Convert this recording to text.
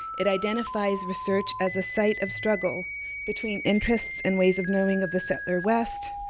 it identifies research as a sight of struggle between interest and ways of knowing of the settler west,